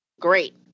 great